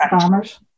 farmers